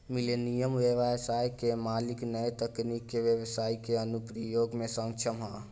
millennial ब्यबसाय के मालिक न्या तकनीक के ब्यबसाई के अनुप्रयोग में सक्षम ह